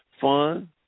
fun